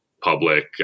public